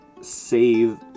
save